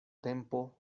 tempo